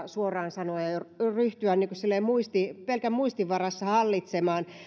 suoraan sanoen aika hankala ryhtyä pelkän muistin varassa hallitsemaan